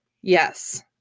Yes